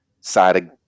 side